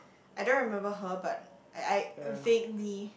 I don't remember her but I I vaguely